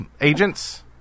agents